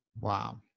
Wow